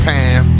Pam